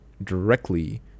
directly